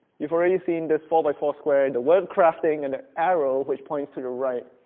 you've already seen this four-by-four square, the word crafting, and the arrow which points to the right,